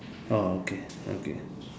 orh okay okay